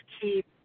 keep